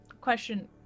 Question